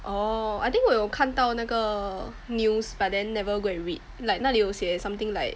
oh I think 我有看到那个 news but then never go and read like 那里有写 something like